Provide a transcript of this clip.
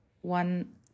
one